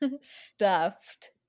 stuffed